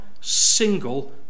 single